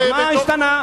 אז מה השתנה?